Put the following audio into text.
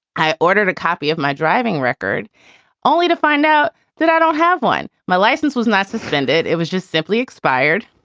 i ordered a copy of my driving record only to find out that i don't have one. my license was not suspended. it was just simply expired.